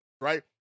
Right